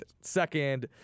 second